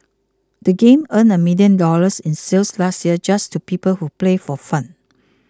the game earned a million dollars in sales last year just to people who play for fun